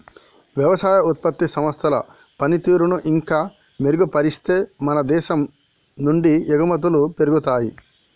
వ్యవసాయ ఉత్పత్తి సంస్థల పనితీరును ఇంకా మెరుగుపరిస్తే మన దేశం నుండి ఎగుమతులు పెరుగుతాయి